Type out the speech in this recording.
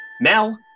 Mel